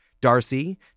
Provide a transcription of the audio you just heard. Darcy